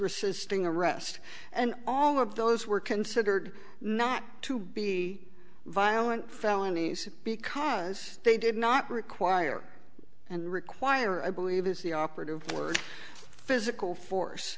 resisting arrest and all of those were considered not to be violent felonies because they did not require and require i believe is the operative word physical